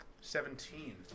Seventeen